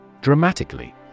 Dramatically